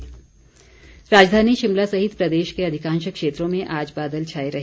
मौसम राजधानी शिमला सहित प्रदेश के अधिकांश क्षेत्रों में आज बादल छाये रहे